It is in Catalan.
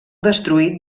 destruït